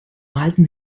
malten